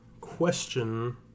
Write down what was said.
question